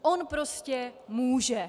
On prostě může!